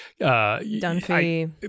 Dunphy